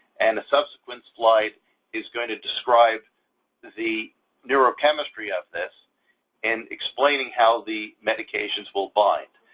and a subsequent slide is going to describe the neurochemistry of this in explaining how the medications will bind.